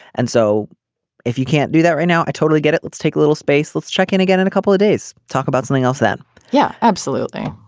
and so if you can't do that right now i totally get it. let's take a little space let's check in again in a couple of days. talk about something else yeah absolutely.